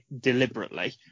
deliberately